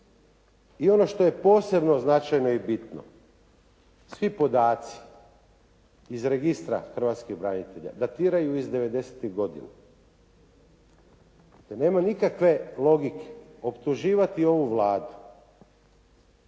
I ono što je posebno značajno i bitno. Svi podaci iz registra hrvatskih branitelja datiraju iz '90.-tih godina. Pa nema nikakve logike optuživati ovu Vladu